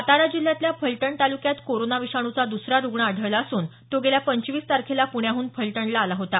सातारा जिल्ह्यातल्या फलटण ताल्क्यात कोरोना विषाणूचा दुसरा रुग्ण आढळला असून तो गेल्या पंचवीस तारखेला पूण्याहून फलटणला आला होता